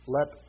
Let